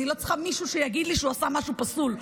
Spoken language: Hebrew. אני לא צריכה מישהו שיגיד לי שהוא עשה משהו פסול.